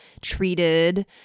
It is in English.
treated